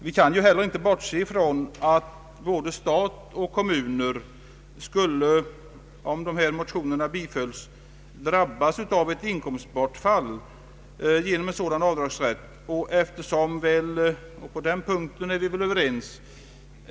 Vi kan inte heller bortse från att både stat och kommuner skulle, om motionerna bifölls och avdragsrätt sålunda infördes, drabbas av ett inkomst bortfall. På den punkten är vi väl överens.